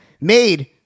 made